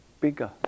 bigger